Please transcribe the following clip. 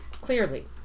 Clearly